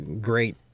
great